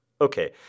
Okay